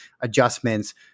adjustments